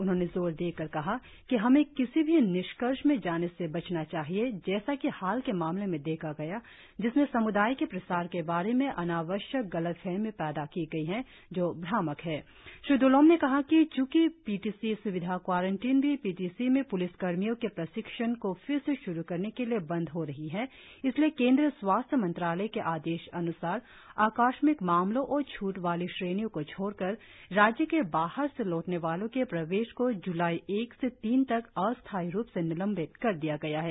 उन्होंने जोर देकर कहा कि हमें किसी भी निष्कर्ष में जाने से बचना चाहिए जैसा कि हाल के मामले में देखा गया जिसमें सम्दाय के प्रसार के बारे में अनावश्यक गलतफहमी पैदा की गई है जो भ्रामक है श्री द्रलोम ने कहा कि चूंकि पी टी सी स्विधा क्वारंटिन भी पी टी सी में प्लिस कर्मियों के प्रशिक्षण को फिर से श्रु करने के लिए बंद हो रही है इसलिए केंद्रीय स्वास्थ्य मंत्रालय के आदेश अनुसार आकस्मिक मामलों और छूट वाली श्रेणियों को छोड़कर राज्य के बाहर से लौटने वालों के प्रवेश को जुलाई एक से तीन तक अस्थायी रुप से निलंबित कर दिया गया है